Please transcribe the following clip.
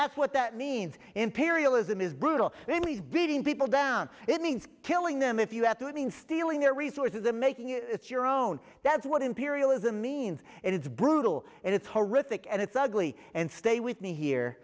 that's what that means imperialism is brutal really is beating people down it means killing them if you have to been stealing their resources are making it's your own that's what imperialism means and it's brutal and it's horrific and it's ugly and stay with me here